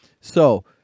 So-